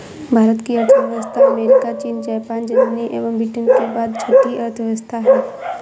भारत की अर्थव्यवस्था अमेरिका, चीन, जापान, जर्मनी एवं ब्रिटेन के बाद छठी अर्थव्यवस्था है